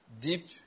Deep